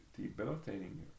debilitating